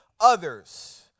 others